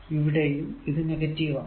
ഇവിടെയും ഇത് ആണ്